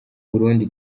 burundi